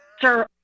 Sir